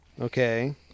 Okay